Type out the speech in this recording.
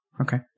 Okay